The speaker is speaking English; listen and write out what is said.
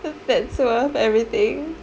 that's worth everything